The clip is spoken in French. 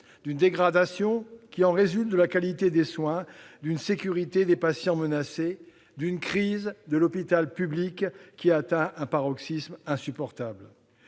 une dégradation de la qualité des soins, une sécurité des patients menacée, une crise de l'hôpital public qui atteint un paroxysme insupportable.